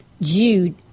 Jude